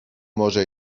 może